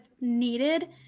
needed